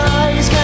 eyes